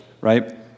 Right